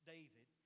David